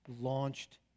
launched